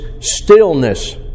stillness